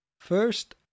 First